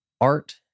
art